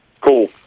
cool